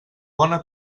bona